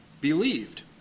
believed